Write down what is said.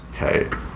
Okay